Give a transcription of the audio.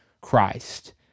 Christ